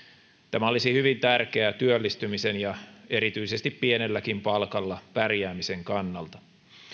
tämä olisi hyvin tärkeää työllistymisen ja erityisesti pienelläkin palkalla pärjäämisen kannalta